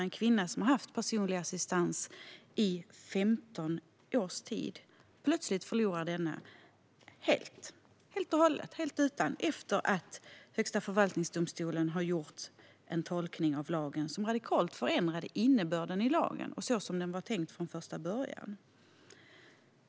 En kvinna som har haft personlig assistans i 15 års tid förlorar den plötsligt helt och hållet. Hon blir helt utan assistans efter att Högsta förvaltningsdomstolen gjorde en tolkning av lagen som radikalt förändrade innebörden i lagen, så som den var tänkt från första början.